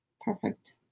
perfect